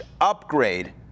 upgrade